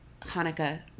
Hanukkah